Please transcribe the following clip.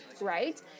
right